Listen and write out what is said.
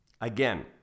Again